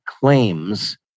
claims